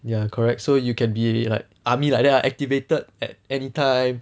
ya correct so you can be already like army like that ah activated at anytime